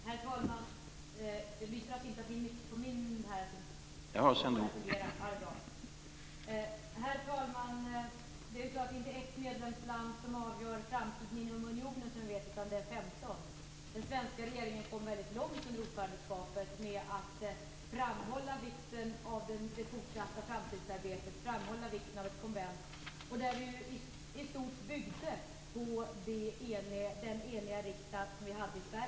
Herr talman! Det är inte ett medlemsland som avgör framtiden inom unionen, utan det är 15 länder som gör det. Den svenska regeringen kom väldigt långt under sitt ordförandeskap med att framhålla vikten av det fortsatta utvecklingsarbetet och av ett konvent. Det byggde i stort sett på den eniga riksdagen i Sverige.